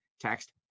Text